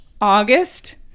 August